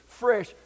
fresh